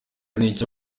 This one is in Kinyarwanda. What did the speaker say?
n’icyo